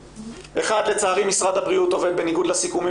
1. לצערי משרד הבריאות עובד בניגוד לסיכומים